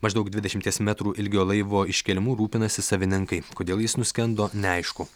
maždaug dvidešimties metrų ilgio laivo iškėlimu rūpinasi savininkai kodėl jis nuskendo neaišku